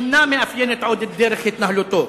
אינן מאפיינות עוד את דרך התנהלותו,